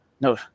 No